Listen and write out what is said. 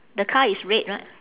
the car is red right